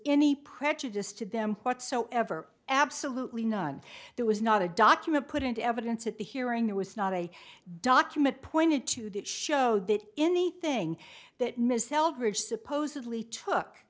any prejudice to them whatsoever absolutely none there was not a document put into evidence at the hearing there was not a document pointed to that showed that anything that mrs eldridge supposedly t